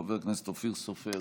חבר הכנסת אופיר סופר,